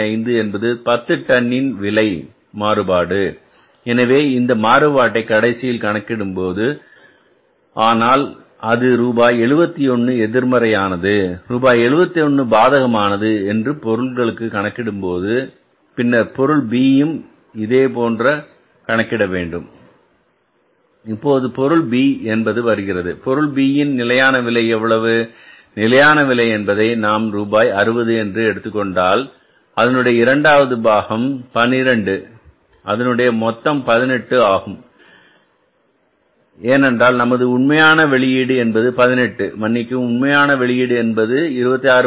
5 என்பது 10 டன் இன் விலை மாறுபாடு எனவே இந்த மாறுபாட்டை கடைசியில் கணக்கிடும் ஆனால் அது ரூபாய் 71 எதிர்மறையானது ரூபாய் 71 பாதகமானது என்று பொருள்களுக்கு கணக்கிடும்போது பின்னர் B பொருளையும் இதேபோன்று கணக்கிடவேண்டும் இப்போது பொருள் B என்பது வருகிறது பொருள் B ன் நிலையான விலை எவ்வளவு நிலையான விலை என்பதை நாம் ரூபாய் 60 என்று எடுத்துக் கொண்டால் அதனுடைய இரண்டாவது பாகம் 12 அதனுடைய மொத்தம் 18 ஆகும் ஏனென்றால் நமது உண்மையான வெளியீடு என்பது 18 மன்னிக்கவும் உண்மையான வெளியீடு என்பது 26